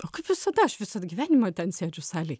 o kaip visada aš visad gyvenimą ten sėdžiu salėj